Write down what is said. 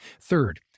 Third